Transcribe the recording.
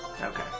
Okay